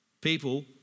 people